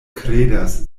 kredas